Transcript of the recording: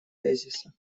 тезиса